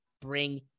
bring